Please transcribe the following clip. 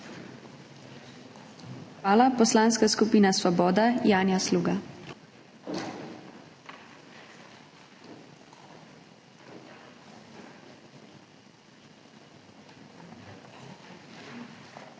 Hvala. Poslanska skupina Svoboda, Janja Sluga.